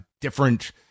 different